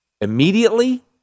immediately